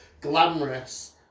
glamorous